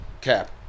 cap